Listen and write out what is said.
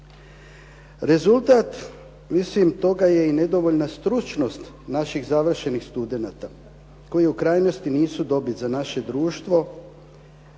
Rezultat mislim toga je i nedovoljna stručnost naših završenih studenata koji u krajnosti nisu dobit za naše društvo,